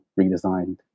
redesigned